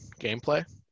gameplay